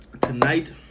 Tonight